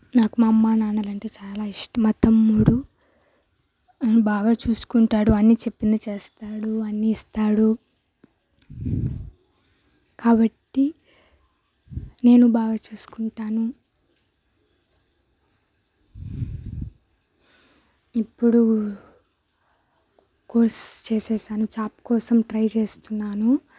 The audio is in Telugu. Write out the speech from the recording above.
నాకు మా అమ్మ నాన్నలు అంటే చాలా ఇష్టం మా తమ్ముడు నన్ను బాగా చూసుకుంటాడు అన్నీ చెప్పింది చేస్తాడు అన్ని ఇస్తాడు కాబట్టి నేను బాగా చూసుకుంటాను ఇప్పుడు కోర్స్ చేసేసాను జాబ్ కోసం ట్రై చేస్తున్నాను